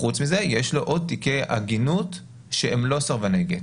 חוץ מזה יש לו עוד תיקי עגינות שהם לא סרבני גט.